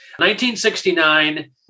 1969